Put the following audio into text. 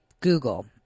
Google